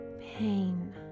pain